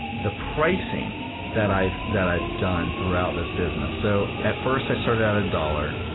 the pricing that i've that i've done throughout this business so at first i started at a dollar,